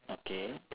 okay